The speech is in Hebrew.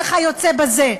וכיוצא בזה,